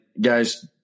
guys